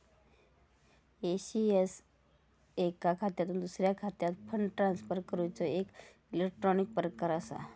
ECS एका खात्यातुन दुसऱ्या खात्यात फंड ट्रांसफर करूचो एक इलेक्ट्रॉनिक प्रकार असा